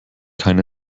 kein